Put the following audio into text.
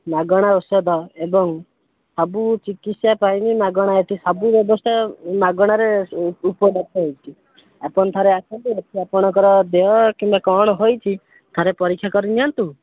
ମାଗଣା ଔଷଧ ଏବଂ ସବୁ ଚିକିତ୍ସା ପାଇଁ ବି ମାଗଣା ଏଠି ସବୁ ବ୍ୟବସ୍ଥା ମାଗଣାରେ ଉପଲବ୍ଧ ହେଉଛି ଆପଣ ଥରେ ଆସନ୍ତୁ ଦେଖିବା ଆପଣଙ୍କର ଦେହ କିମ୍ବା କ'ଣ ହୋଇଛି ଥରେ ପରୀକ୍ଷା କରିନିଅନ୍ତୁ